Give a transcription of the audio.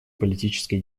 политической